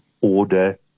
order